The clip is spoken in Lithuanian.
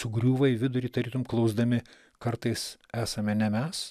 sugriūva į vidurį tarytum klausdami kartais esame ne mes